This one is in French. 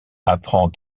apprend